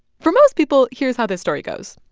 for most people, here's how this story goes.